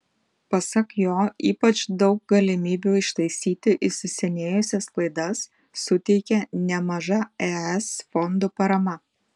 pasak jo ypač daug galimybių ištaisyti įsisenėjusias klaidas suteikė nemaža es fondų parama